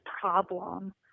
problem